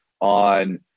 on